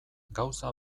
gauza